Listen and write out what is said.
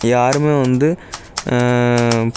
யாரும் வந்து